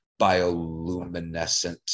bioluminescent